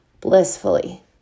blissfully